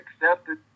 accepted